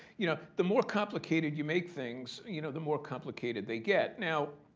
you know, the more complicated you make things, you know, the more complicated they get. now,